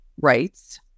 rights